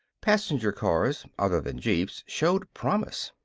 passenger-cars other than jeeps showed promise.